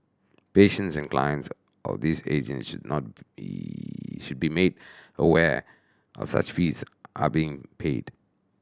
patients and clients of these agents should not be should be made aware such fees are being paid